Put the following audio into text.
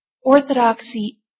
Orthodoxy